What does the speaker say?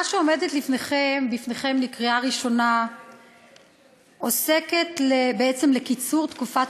שעומדת בפניכם לקריאה ראשונה עוסקת בעצם בקיצור תקופת